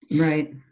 right